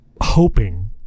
hoping